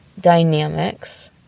dynamics